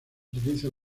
utiliza